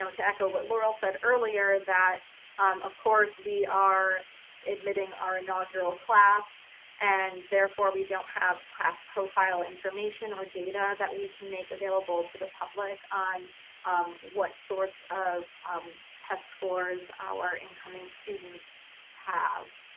to echo what laurel said earlier, that of course we are admitting our inaugural class and therefore we don't have class profile information or data that we can make available to the public on what sorts of test scores our incoming students have.